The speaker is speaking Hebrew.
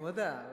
אני מודה,